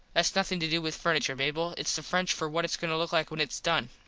thats nothin to do with furniture, mable. its the french for what its goin to look like when its done.